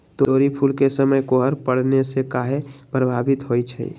तोरी फुल के समय कोहर पड़ने से काहे पभवित होई छई?